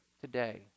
today